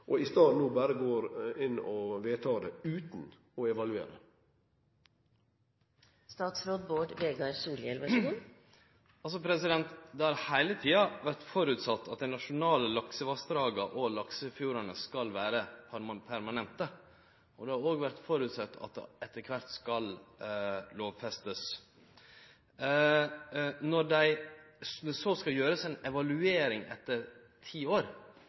og vedtek det, utan å evaluere. Det har heile tida vore føresett at dei nasjonale laksevassdraga og laksefjordane skal vere permanente. Det har òg vore føresett at dette etter kvart skal verte lovfesta. Når ein så skal gjere ei evaluering etter ti år,